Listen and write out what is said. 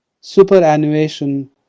superannuation